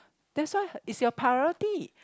that's why it's your priority